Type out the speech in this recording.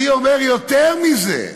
אני אומר יותר מזה: